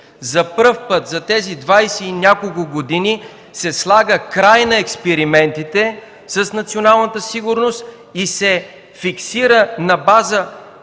За първи път за тези двадесет и няколко години се слага край на експериментите с националната сигурност и се фиксира на база